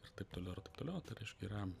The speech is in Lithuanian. ir taip toliau ir taip toliau aišku yra